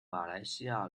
马来西亚